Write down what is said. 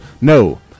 No